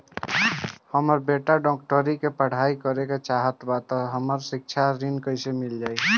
हमर बेटा डाक्टरी के पढ़ाई करेके चाहत बा त हमरा शिक्षा ऋण मिल जाई?